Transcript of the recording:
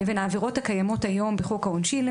לבין העבירות הקיימות היום בחוק העונשין,